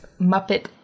Muppet